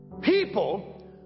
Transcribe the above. People